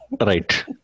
Right